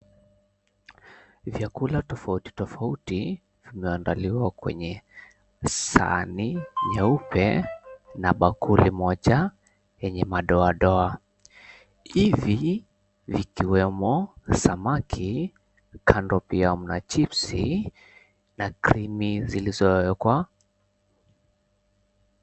Vyakula tofauti tofauti vinaandaliwa kwenye sahani nyeupe na bakuli moja yenye madoadoa. Hivi vikiwemo samaki, kando pia mna chipsi na krimi zilizowekwa.